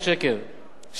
כמעט 6 מיליארד שקלים, כמעט.